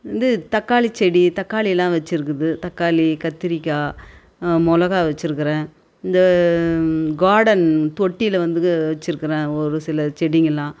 வந்து தக்காளிச்செடி தக்காளிலாம் வைச்சிருக்குது தக்காளி கத்திரிக்காய் மிளகா வெச்சிருக்கிறேன் இந்த கார்டன் தொட்டியில் வந்து வெச்சிருக்கிறேன் ஒரு சில செடிகள்லாம்